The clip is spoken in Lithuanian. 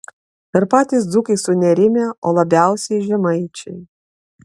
ir patys dzūkai sunerimę o labiausiai žemaičiai